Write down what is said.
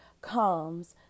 comes